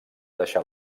deixar